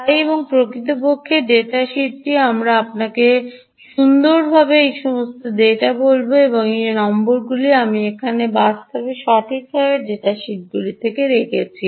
তাই এবং প্রকৃতপক্ষে ডাটা শীটটি আমরা আপনাকে সুন্দরভাবে এই সমস্ত ডেটা বলব বাস্তবে এই সমস্ত নম্বরগুলি আমি এখানে বা বাস্তবে সঠিকভাবে ডেটা শিটগুলি থেকে রেখেছি